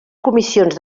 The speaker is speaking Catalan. comissions